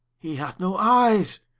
he hath no eyes,